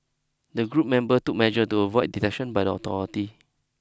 the group members took measures to avoid detection by the authorities